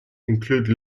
include